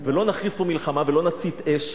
ולא נכריז פה מלחמה ולא נצית אש,